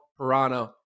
Pirano